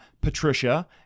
Patricia